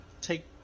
take